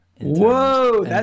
whoa